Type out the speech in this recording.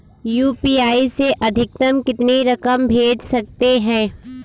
UPI से अधिकतम कितनी रकम भेज सकते हैं?